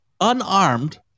unarmed